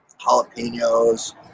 jalapenos